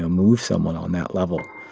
ah move someone on that level,